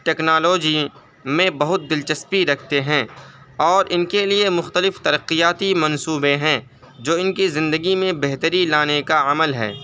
technology میں بہت دلچسپی رکھتے ہیں اور ان کے لیے مختلف ترقیاتی منصوبے ہیں جو ان کی زندگی میں بہتری لانے کا عمل ہے